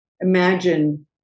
imagine